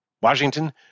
Washington